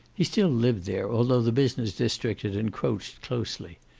he still lived there, although the business district had encroached closely.